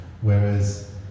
Whereas